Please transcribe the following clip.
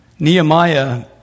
Nehemiah